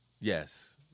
Yes